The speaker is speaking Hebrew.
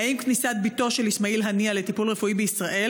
האם כניסת בתו של אסמאעיל הנייה לטיפול רפואי בישראל